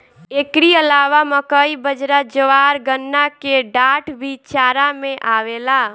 एकरी अलावा मकई, बजरा, ज्वार, गन्ना के डाठ भी चारा में आवेला